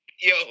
Yo